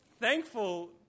thankful